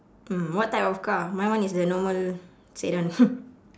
mm what type of car my one is the normal sedan